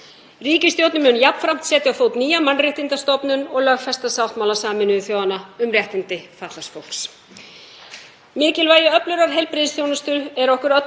Ríkisstjórnin mun jafnframt setja á fót nýja mannréttindastofnun og lögfesta sáttmála Sameinuðu þjóðanna um réttindi fatlaðs fólks. Mikilvægi öflugrar heilbrigðisþjónustu er okkur öllum